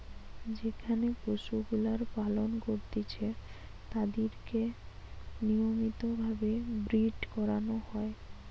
যেখানে পশুগুলার পালন করতিছে তাদিরকে নিয়মিত ভাবে ব্রীড করানো হয়